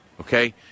okay